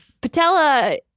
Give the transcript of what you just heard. Patella